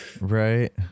Right